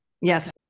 Yes